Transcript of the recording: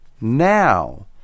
now